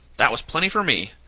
that was plenty for me.